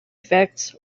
effects